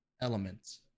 elements